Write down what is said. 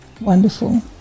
wonderful